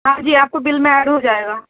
ہاں جی آپ کو بل میں ایڈ ہو جائے گا